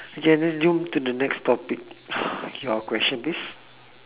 K let's jump to the next topic your question please